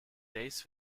days